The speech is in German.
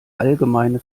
allgemeine